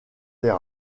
etc